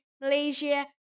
Malaysia